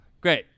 Great